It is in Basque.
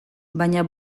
baina